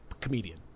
comedian